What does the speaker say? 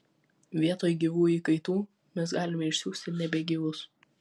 vietoj gyvų įkaitų mes galime išsiųsti nebegyvus